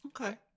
Okay